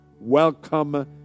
welcome